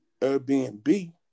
Airbnb